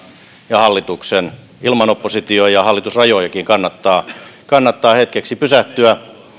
ja hallituksen ilman oppositio ja hallitusrajojakin kannattaa kannattaa hetkeksi pysähtyä